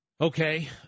Okay